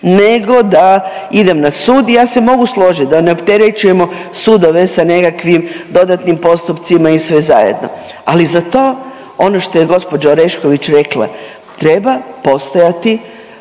nego da idem na sud. I ja se mogu složiti da ne opterećujemo sudove sa nekakvim dodatnim postupcima i sve zajedno, ali za to ono što je gospođa Orešković rekla treba postojati